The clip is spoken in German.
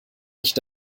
nicht